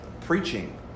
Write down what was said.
preaching